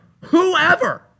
Whoever